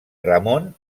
ramon